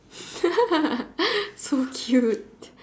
so cute